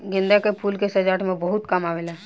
गेंदा के फूल के सजावट में बहुत काम आवेला